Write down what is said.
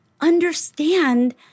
understand